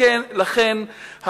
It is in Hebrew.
לכן,